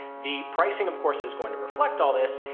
the pricing of course is going to reflect, all this.